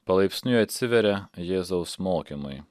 palaipsniui atsiveria jėzaus mokymui